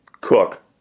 Cook